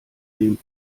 dem